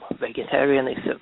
vegetarianism